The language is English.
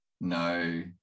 no